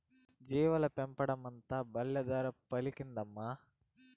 జీవాల పెండంతా బల్లే ధర పలికిందమ్మా